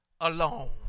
alone